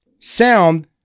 Sound